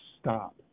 stop